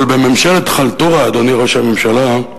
אבל בממשלת חלטורה, אדוני ראש הממשלה,